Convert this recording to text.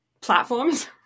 platforms